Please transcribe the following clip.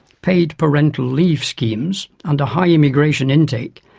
paid parental leave schemes and a high immigration intake,